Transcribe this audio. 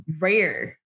rare